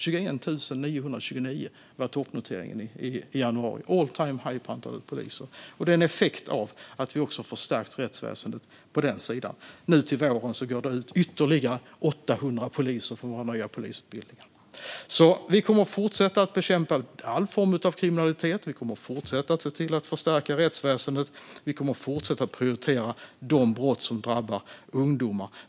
21 929 var toppnoteringen i januari - all-time-high för antalet poliser. Det är en effekt av att vi har förstärkt rättsväsendet på den sidan. Nu till våren går det ut ytterligare 800 poliser från våra nya polisutbildningar. Vi kommer att fortsätta att bekämpa all form av kriminalitet. Vi kommer att fortsätta att förstärka rättsväsendet. Vi kommer att fortsätta att prioritera de brott som drabbar ungdomar.